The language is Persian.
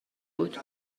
بود